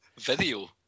Video